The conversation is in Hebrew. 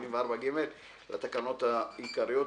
584ג לתקנות העיקריות.